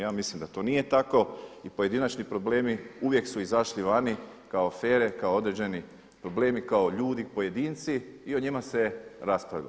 Ja mislim da to nije tako i pojedinačni problemi uvijek su izašli vani kao afere, kao određeni problemi, kao ljudi pojedinci i o njima se raspravlja.